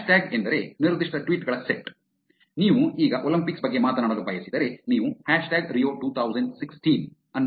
hashtag ಎಂದರೆ ನಿರ್ದಿಷ್ಟ tweet ಗಳ ಸೆಟ್ ನೀವು ಈಗ ಒಲಿಂಪಿಕ್ಸ್ ಬಗ್ಗೆ ಮಾತನಾಡಲು ಬಯಸಿದರೆ ನೀವು ಹ್ಯಾಶ್ಟ್ಯಾಗ್ ರಿಯೊ 2016 ಅನ್ನು ಬಳಸುತ್ತೀರಿ